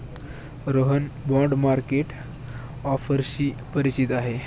Rohan bond market ऑफर्सशी परिचित आहे